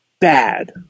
bad